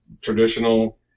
Traditional